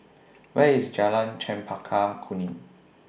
Where IS Jalan Chempaka Kuning